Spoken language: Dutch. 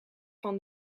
van